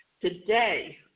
today